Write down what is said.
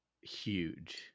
huge